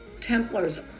Templars